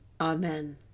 Amen